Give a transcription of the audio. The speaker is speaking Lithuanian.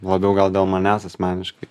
labiau gal dėl manęs asmeniškai